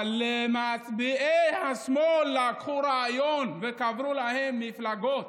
אבל למצביעי השמאל לקחו רעיון וקברו להם מפלגות.